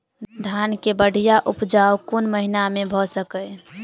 धान केँ बढ़िया उपजाउ कोण महीना मे भऽ सकैय?